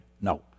No